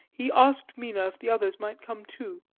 he asked mina if the others might come, too.